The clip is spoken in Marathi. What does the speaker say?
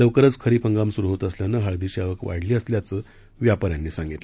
लवकरच खरीप हंगाम सुरू होत असल्यानं हळदीची आवक वाढली असल्याचे व्यापाऱ्यांनी सांगितलं